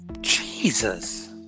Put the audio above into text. Jesus